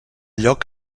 lloc